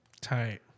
Tight